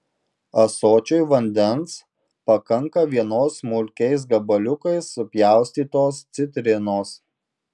ąsočiui vandens pakanka vienos smulkiais gabaliukais supjaustytos citrinos